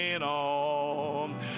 on